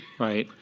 right?